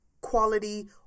quality